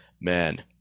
Man